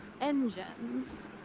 engines